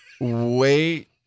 Wait